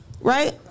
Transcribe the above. Right